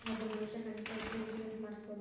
ಒಬ್ಬ ಮನಷಾ ಕನಿಷ್ಠ ಎಷ್ಟ್ ಇನ್ಸುರೆನ್ಸ್ ಮಾಡ್ಸ್ಬೊದು?